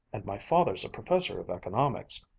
and my father's a professor of economics.